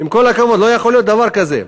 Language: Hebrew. עם כל הכבוד, לא יכול להיות דבר כזה.